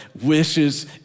wishes